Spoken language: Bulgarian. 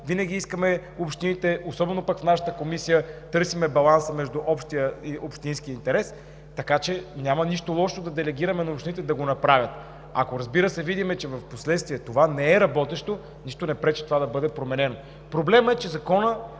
Винаги искаме общините, особено пък в нашата комисия, търсим баланса между общия и общинския интерес, така че няма нищо лошо да делегираме на общините да го направят. Ако, разбира се, видим, че впоследствие това не е работещо, нищо не пречи да бъде променено. Проблемът е, че Законът,